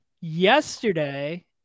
Yesterday